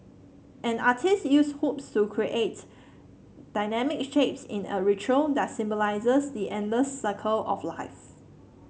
an artiste uses hoops to create dynamic shapes in a ritual that symbolises the endless circle of life